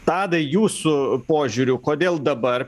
tadai jūsų požiūriu kodėl dabar